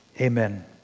Amen